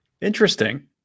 Interesting